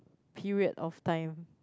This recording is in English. period of time